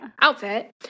outfit